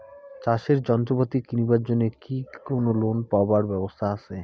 চাষের যন্ত্রপাতি কিনিবার জন্য কি কোনো লোন পাবার ব্যবস্থা আসে?